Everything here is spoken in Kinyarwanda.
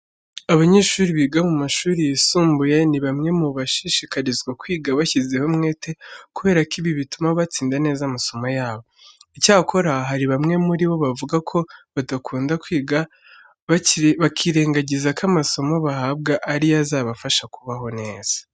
Abanyeshuri biga mu mashuri yisumbuye, ni bamwe mu bashishikarizwa kwiga bashyizeho umwete kubera ko ibi bituma batsinda neza amasomo yabo. Icyakora, hari bamwe muri bo bavuga ko badakunda kwiga bakirengagiza ko amasomo bahabwa ari yo azabafasha kubaho neza.